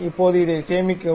இப்போது இதை சேமிக்கவும்